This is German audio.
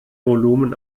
volumen